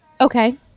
okay